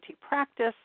Practice